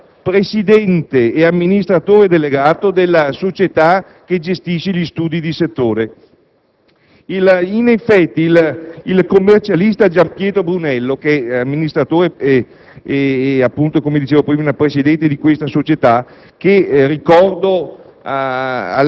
del presidente e amministratore delegato della società che gestisce gli studi di settore. In effetti, il commercialista Gianpietro Brunello è amministratore e appunto, come dicevo prima, presidente di questa società che, ricordo